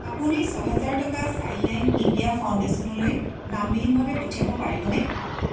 আপুনি ছয় হেজাৰ টকা চাইল্ডলাইন ইণ্ডিয়া ফাউণ্ডেশ্যনলৈ নামবিহীনভাৱে পঠিয়াব পাৰিবনে